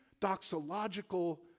doxological